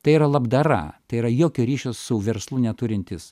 tai yra labdara tai yra jokio ryšio su verslu neturintis